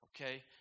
Okay